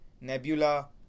Nebula